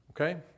Okay